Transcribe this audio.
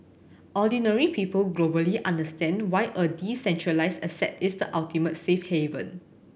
ordinary people globally understand why a decentralised asset is the ultimate safe haven